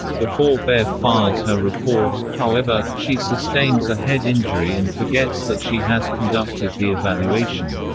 before bev files her report, however, she sustains a head injury and forgets that she has conducted the evaluation.